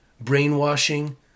brainwashing